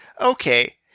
okay